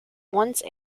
once